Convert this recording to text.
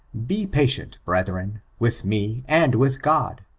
be patient. brethren, with me, and with god.